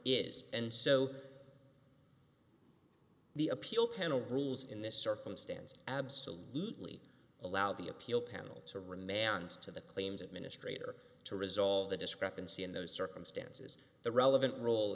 is and so the appeal kennel rules in this circumstance absolutely allow the appeal panel to remand to the claims administrator to resolve the discrepancy in those circumstances the relevant role